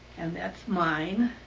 and that's mine.